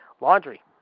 Laundry